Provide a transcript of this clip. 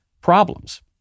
problems